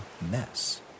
mess